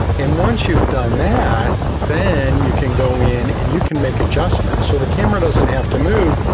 and once you've done that, then you can go in and you can make adjustments so the camera doesn't have to move.